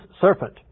serpent